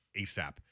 ASAP